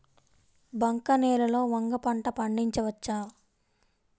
బంక నేలలో వంగ పంట పండించవచ్చా?